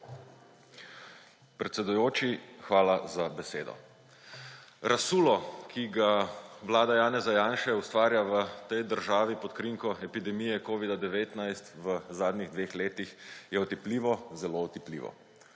Predsedujoči, hvala za besedo. Razsulo, ki ga vlada Janeza Janše ustvarja v tej državi pod krinko epidemije covida-19 v zadnjih dveh letih, je otipljivo, zelo otipljivo.